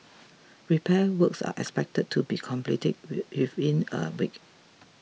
repair works are expected to be completed with if in a week